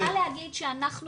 אני יכולה להגיד שאנחנו